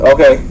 Okay